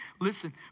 Listen